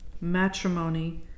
matrimony